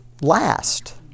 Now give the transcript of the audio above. last